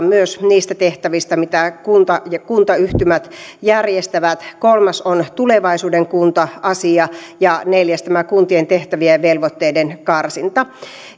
myös niistä tehtävistä mitä kunta ja kuntayhtymät järjestävät kolmas on tulevaisuuden kunta asia ja neljäs tämä kuntien tehtävien ja velvoitteiden karsinta